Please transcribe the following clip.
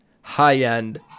high-end